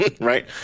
Right